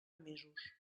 mesos